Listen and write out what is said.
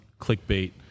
clickbait